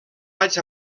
vaig